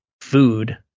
food